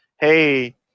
hey